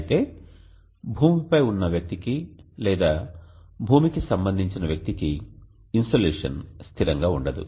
అయితే భూమిపై ఉన్న వ్యక్తికి లేదా భూమికి సంబంధించిన వ్యక్తికి ఇన్సోలేషన్ స్థిరంగా ఉండదు